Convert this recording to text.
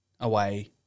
away